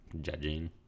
judging